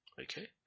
Okay